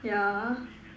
yeah